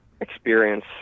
experience